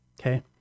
Okay